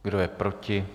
Kdo je proti?